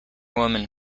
woman